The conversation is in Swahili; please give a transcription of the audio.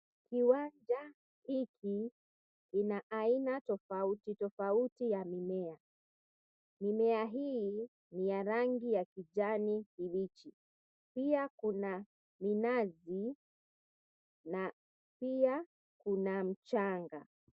Uwanja hiki ina aina tofauti tofauti ya mimea. Mimea hii ya rangi ya kijani kibichi. Pia kuna minazi na pia kuna mchanga.